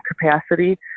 capacity